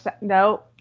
No